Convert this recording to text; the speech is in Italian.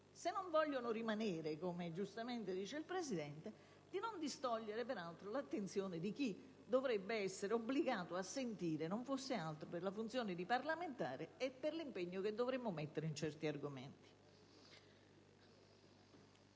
se non vogliono rimanere, come giustamente dice il Presidente, quanto meno di non distogliere l'attenzione di chi dovrebbe essere obbligato a sentire, non fosse altro che per la funzione di parlamentare e per l'impegno che dovremmo mettere in certi argomenti.